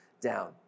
down